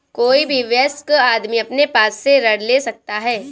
कोई भी वयस्क आदमी अपने आप से ऋण ले सकता है